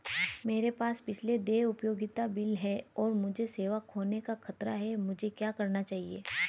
मेरे पास पिछले देय उपयोगिता बिल हैं और मुझे सेवा खोने का खतरा है मुझे क्या करना चाहिए?